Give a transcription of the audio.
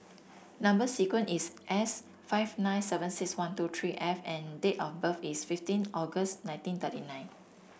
number sequence is S five nine seven six one two three F and date of birth is fifteen August nineteen thirty nine